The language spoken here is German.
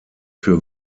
für